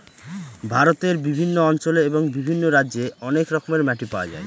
ভারতের বিভিন্ন অঞ্চলে এবং বিভিন্ন রাজ্যে অনেক রকমের মাটি পাওয়া যায়